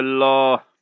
Allah